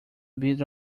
bit